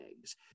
eggs